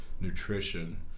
Nutrition